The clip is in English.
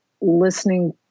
listening